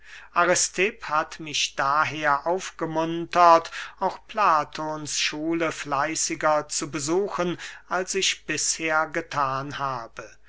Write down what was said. hat mich daher aufgemuntert auch platons schule fleißiger zu besuchen als ich bisher gethan habe